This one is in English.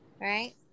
right